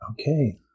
Okay